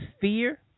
fear